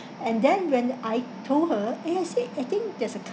and then when I told her eh I said I think there's a